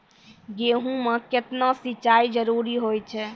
गेहूँ म केतना सिंचाई जरूरी होय छै?